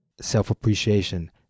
Self-appreciation